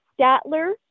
Statler